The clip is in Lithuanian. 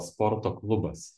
sporto klubas